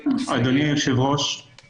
מה ייכנס תחת סעיף 3?